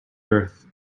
earth